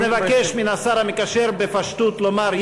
אז נבקש מהשר המקשר בפשטות לומר,